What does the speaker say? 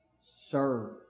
serve